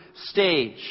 stage